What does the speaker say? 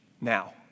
now